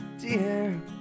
dear